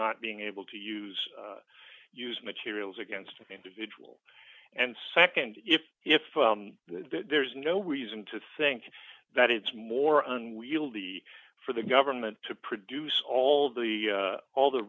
not being able to use use materials against an individual and nd if if there's no reason to think that it's more unwieldy for the government to produce all the all the